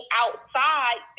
outside